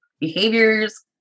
behaviors